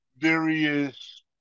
various